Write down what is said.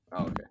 okay